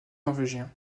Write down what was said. norvégien